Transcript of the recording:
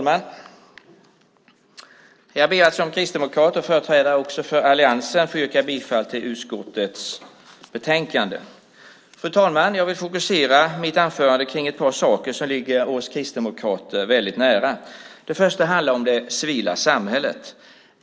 Fru talman! Som kristdemokrat och företrädare för alliansen yrkar jag bifall till förslaget i utskottets betänkande. Fru talman! Jag vill fokusera mitt anförande på ett par saker som ligger oss kristdemokrater väldigt nära. Det första handlar om det civila samhället.